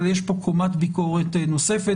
אבל יש פה קומת ביקורת נוספת.